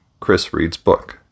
chrisreadsbook